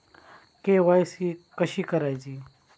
KYC कशी करायची?